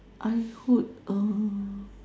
I would uh